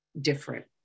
different